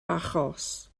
achos